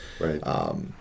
right